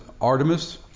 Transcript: Artemis